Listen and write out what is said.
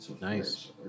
Nice